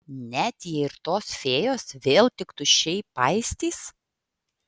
net jei ir tos fėjos vėl tik tuščiai paistys